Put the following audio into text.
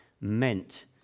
meant